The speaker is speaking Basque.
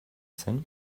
zen